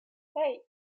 hey